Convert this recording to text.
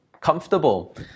comfortable